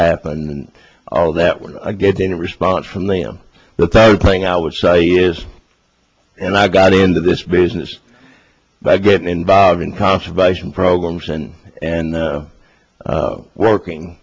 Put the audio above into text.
happened and all that we're getting a response from them that they're playing i would say is and i got into this business by getting involved in conservation programs and and working